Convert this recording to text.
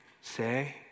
say